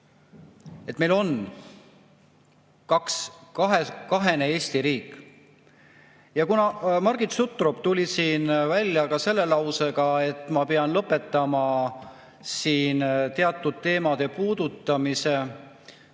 et meil on kahene Eesti riik. Ja kuna Margit Sutrop tuli välja selle lausega, et ma pean lõpetama siin teatud teemade puudutamise